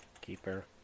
keeper